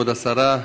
כבוד השרה,